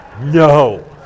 No